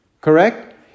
Correct